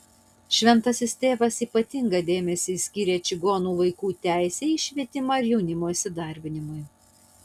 šventasis tėvas ypatingą dėmesį skyrė čigonų vaikų teisei į švietimą ir jaunimo įsidarbinimui